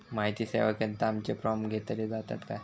माहिती सेवा केंद्रात आमचे फॉर्म घेतले जातात काय?